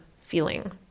feeling